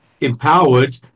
empowered